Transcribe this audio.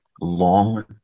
long